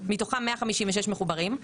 מתוכם 156 מחוברים.